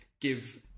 give